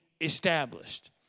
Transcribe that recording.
established